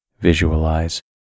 visualize